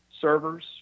servers